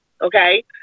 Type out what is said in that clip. okay